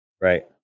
Right